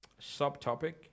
Subtopic